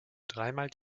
dreimal